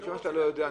מכיוון שאתה לא יודע,